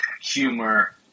humor